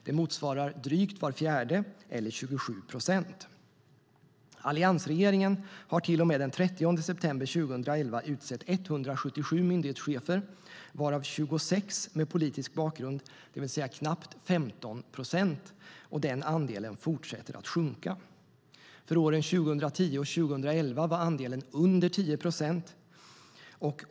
Det motsvarar drygt var fjärde, eller 27 procent. Alliansregeringen har till och med den 30 september 2011 utsett 177 myndighetschefer, varav 26 med politisk bakgrund, det vill säga knappt 15 procent, och den andelen fortsätter att sjunka. För åren 2010 och 2011 låg andelen under 10 procent.